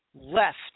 left